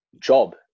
job